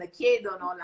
chiedono